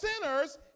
sinners